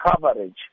coverage